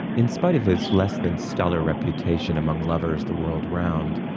in spite of his less than stellar reputation among lovers the world around,